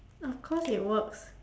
of course it works